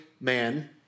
man